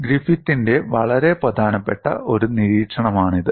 ഗ്രിഫിത്തിന്റെ വളരെ പ്രധാനപ്പെട്ട ഒരു നിരീക്ഷണമാണിത്